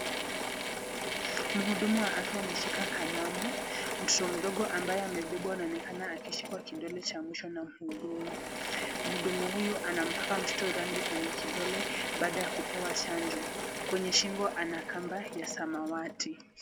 Mhudumu wa afya ameshika kalamu. Mtoto mdogo ambaye amebebwa anaonekana akishikwa kidole cha mwisho na mhudumu. Mhudumu huyo anampaka mtoto rangi kwenye kidole baada ya kupewa chanjo. Kwenye shingo ana kamba ya samawati.